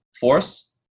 force